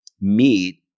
meat